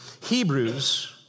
Hebrews